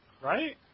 Right